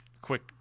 quick